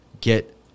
get